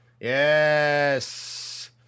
Yes